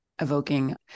evoking